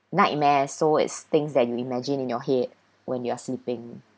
nightmares so it's things that you imagine in your head when you are sleeping